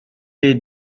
est